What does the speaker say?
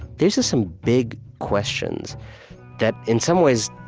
these are some big questions that, in some ways,